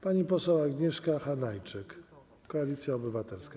Pani poseł Agnieszka Hanajczyk, Koalicja Obywatelska.